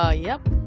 ah yep.